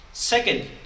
second